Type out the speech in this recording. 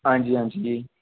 आं जी हां जी